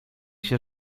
się